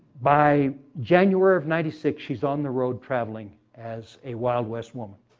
by january of ninety six, she's on the road traveling as a wild west woman.